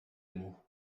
mot